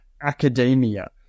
academia